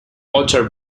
otter